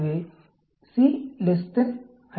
எனவே So C H